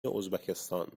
ازبکستان